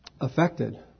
affected